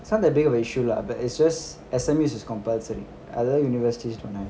it's not that big of an issue lah but it's just S_M_U is complusory other universities don't have